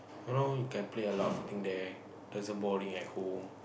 ya loh you can play a lot of thing there doesn't boring at home